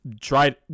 try